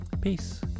peace